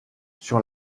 sur